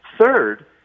Third